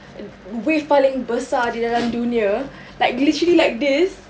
wave paling besar di dalam dunia like literally like this